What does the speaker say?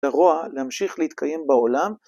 לרוע להמשיך להתקיים בעולם.